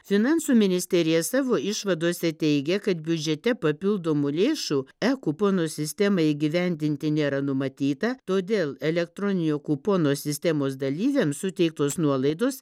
finansų ministerija savo išvadose teigia kad biudžete papildomų lėšų e kuponų sistemai įgyvendinti nėra numatyta todėl elektroninio kupono sistemos dalyviams suteiktos nuolaidos